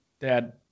Dad